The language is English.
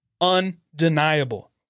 undeniable